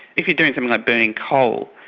if you're doing something like burning coal,